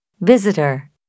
Visitor